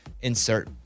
insert